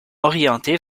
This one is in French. orientée